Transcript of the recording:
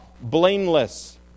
blameless